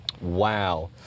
Wow